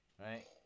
right